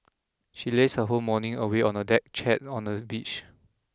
she lazed her whole morning away on a deck chair on the beach